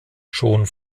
schon